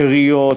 עיריות,